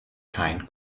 kein